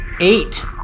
eight